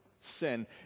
sin